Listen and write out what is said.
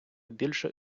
більше